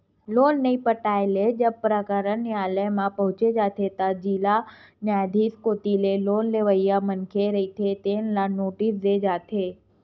loan नइ पटाए ले जब प्रकरन नियालय म पहुंच जाथे त जिला न्यायधीस कोती ले लोन लेवइया मनखे रहिथे तेन ल नोटिस दे जाथे